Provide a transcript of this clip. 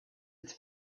its